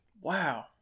Wow